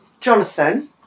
Jonathan